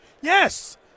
Yes